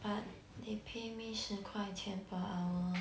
but they pay me 十块钱 per hour